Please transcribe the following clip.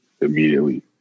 immediately